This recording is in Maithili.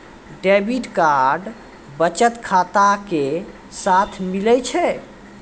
डेबिट कार्ड बचत खाता के साथे मिलै छै